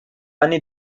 anni